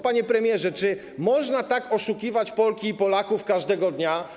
Panie premierze, czy można tak oszukiwać Polki i Polaków każdego dnia?